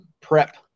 prep